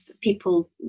people